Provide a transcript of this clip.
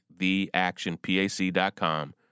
theactionpac.com